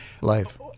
Life